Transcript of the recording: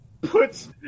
puts